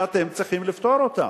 שאתם צריכים לפתור אותה.